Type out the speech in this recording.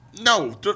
no